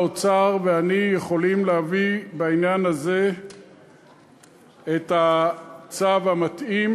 ושר האוצר ואני יכולים להביא בעניין הזה את הצו המתאים,